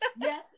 yes